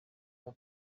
mon